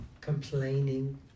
complaining